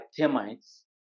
termites